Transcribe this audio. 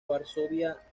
varsovia